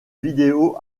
vidéo